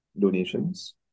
donations